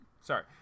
sorry